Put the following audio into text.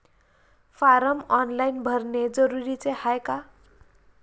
Form online भरने जरुरीचे हाय का?